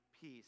peace